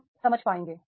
हम समझ पाएंगे